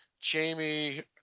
Jamie